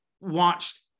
watched